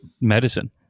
medicine